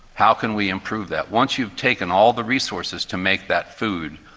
how can we improve that? once you've taken all the resources to make that food,